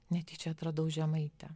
netyčia atradau žemaitę